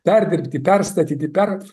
perdirbti perstatyti per